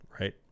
right